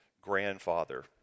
grandfather